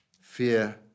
fear